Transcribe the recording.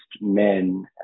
men